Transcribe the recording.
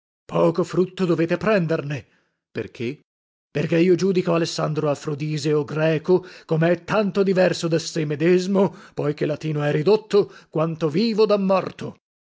poco frutto dovete prenderne per perché lasc perché io giudico alessandro afrodiseo greco come è tanto diverso da sé medesmo poi che latino è ridotto quanto vivo da morto